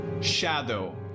shadow